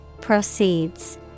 Proceeds